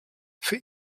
für